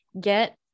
get